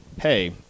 hey